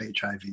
hiv